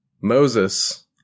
Moses